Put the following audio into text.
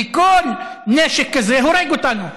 כי כל נשק כזה הורג אותנו.